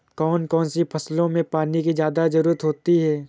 कौन कौन सी फसलों में पानी की ज्यादा ज़रुरत होती है?